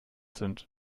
sind